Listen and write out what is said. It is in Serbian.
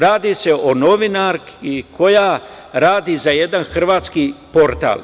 Radi se o novinarki koja radi za jedan hrvatski portal.